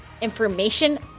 information